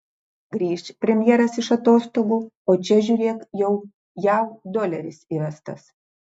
grįš premjeras iš atostogų o čia žiūrėk jau jav doleris įvestas